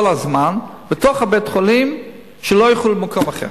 כל הזמן, בתוך בית-החולים, שלא ילכו למקום אחר.